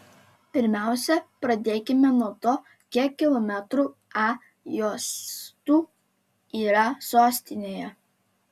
pirmiausia pradėkime nuo to kiek kilometrų a juostų yra sostinėje